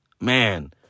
man